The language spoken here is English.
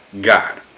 God